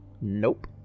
Nope